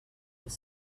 were